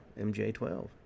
MJ-12